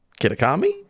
Kitakami